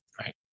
right